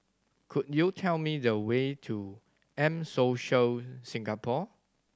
could you tell me the way to M Social Singapore